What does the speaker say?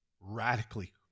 radically